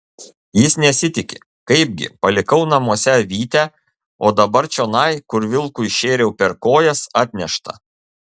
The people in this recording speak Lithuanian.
jis nesitiki kaipgi palikau namuose avytę o dabar čionai kur vilkui šėriau per kojas atnešta